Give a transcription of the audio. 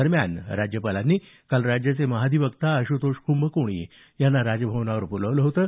दरम्यान राज्यपालांनी काल राज्याचे महाधिवक्ता आश्तोष कुंभकोणी यांना राजभवनावर बोलावलं होतं